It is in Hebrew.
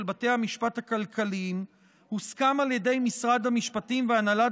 בתי המשפט הכלכליים הוסכם על ידי משרד המשפטים והנהלת